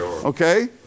Okay